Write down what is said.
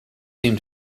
seem